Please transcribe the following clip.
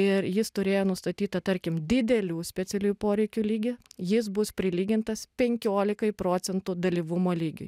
ir jis turėjo nustatytą tarkim didelių specialiųjų poreikių lygį jis bus prilygintas penkiolikai procentų dalyvumo lygiui